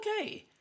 okay